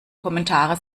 kommentare